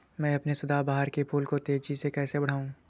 मैं अपने सदाबहार के फूल को तेजी से कैसे बढाऊं?